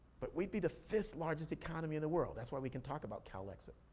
but we be the fifth largest economy in the world, that's why we can talk about calexit.